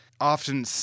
often